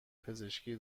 پزشکی